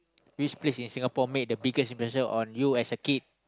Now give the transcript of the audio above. which place in Singapore made the biggest impression on you as a kid